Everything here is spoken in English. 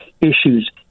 issues